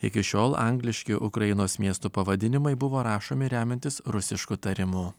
iki šiol angliški ukrainos miestų pavadinimai buvo rašomi remiantis rusišku tarimu